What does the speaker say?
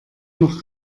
noch